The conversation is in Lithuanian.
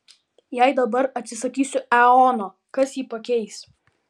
jei dabar atsisakysiu eono kas jį pakeis